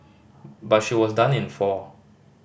but she was done in four